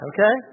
Okay